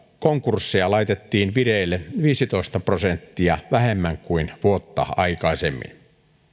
konkursseja laitettiin vireille viisitoista prosenttia vähemmän kuin vuotta aikaisemmin